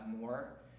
more